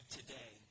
today